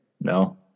No